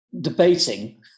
debating